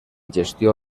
gestió